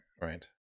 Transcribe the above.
right